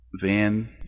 van